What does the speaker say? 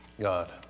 God